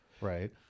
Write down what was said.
right